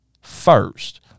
first